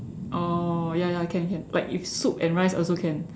oh ya ya can can like if soup and rice also can